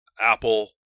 apple